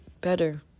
better